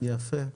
יפה,